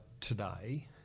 today